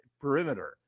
perimeter